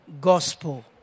gospel